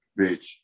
bitch